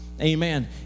amen